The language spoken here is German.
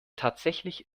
tatsächlich